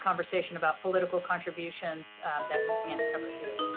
conversation about political contributions that we can't cover here.